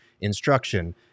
instruction